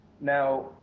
Now